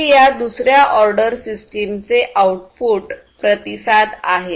हे या दुसर्या ऑर्डर सिस्टमचे आउटपुट प्रतिसाद आहेत